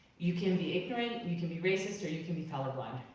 you can be ignorant, you can be racist or you can be colorblind.